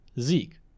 Zeke